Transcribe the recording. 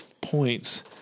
points